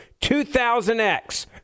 2000X